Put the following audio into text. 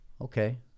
Okay